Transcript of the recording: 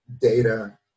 data